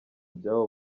byabo